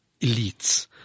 elites